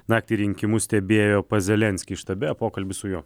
naktį rinkimus stebėjo pas zelenskį štabe pokalbis su juo